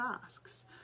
tasks